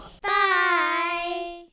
Bye